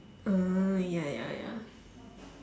oh ya ya ya